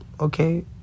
Okay